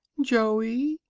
joey,